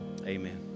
Amen